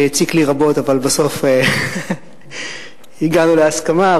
שהציק לי רבות אבל בסוף הגענו להסכמה,